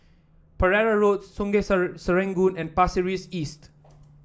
Pereira Road Sungei Serangoon and Pasir Ris East